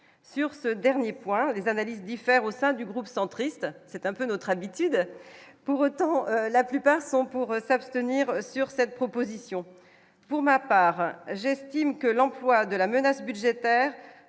sur ce dernier point, les analyses diffère au sein du groupe centriste, c'est un peu notre habitude, pour autant, la plupart sont pour s'abstenir sur cette proposition, pour ma part, j'estime que l'emploi de la menace budgétaire